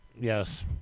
Yes